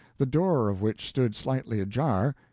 the door of which stood slightly ajar,